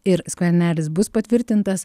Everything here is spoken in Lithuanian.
ir skvernelis bus patvirtintas